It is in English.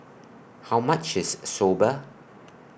How much IS Soba